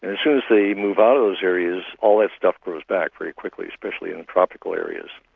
as soon as they move out of those areas all that stuff grows back very quickly, especially in tropical areas.